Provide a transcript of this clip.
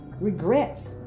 Regrets